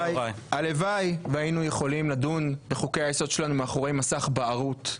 הלוואי והיינו יכולים לדון בחוקי היסוד שלנו מאחורי מסך בערות,